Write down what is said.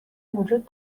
وجود